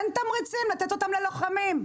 אין תמריצים לתת אותם ללוחמים.